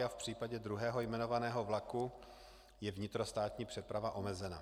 V případě druhého jmenovaného vlaku je vnitrostátní přeprava omezena.